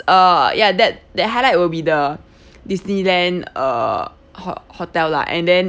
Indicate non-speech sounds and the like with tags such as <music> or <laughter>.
uh yeah that that highlight will be the <breath> disneyland uh ho~ hotel lah and then